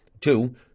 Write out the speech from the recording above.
two